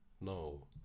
No